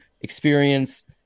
experience